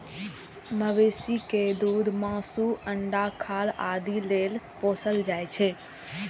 मवेशी कें दूध, मासु, अंडा, खाल आदि लेल पोसल जाइ छै